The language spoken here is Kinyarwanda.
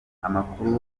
amakuru